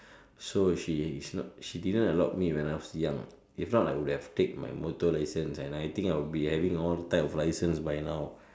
so she she not she didn't allowed me when I was young if not I would have have take my motor license and I think I would be having all types of license by now